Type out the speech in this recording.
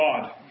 God